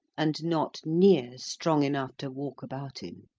and not near strong enough to walk about in.